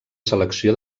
selecció